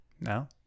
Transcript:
No